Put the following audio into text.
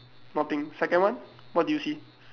nothing second one what do you see